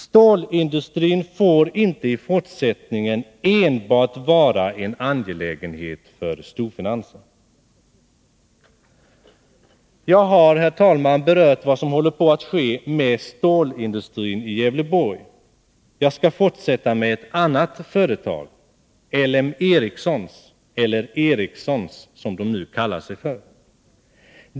Stålindustrin får inte i fortsättningen enbart vara en angelägenhet för storfinansen. Jag har, herr talman, berört vad som håller på att ske med stålindustrin i Gävleborgs län. Jag kan fortsätta med ett annat företag, L M Ericsson, eller Ericsson, som det nu kallar sig.